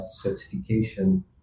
certification